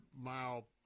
mile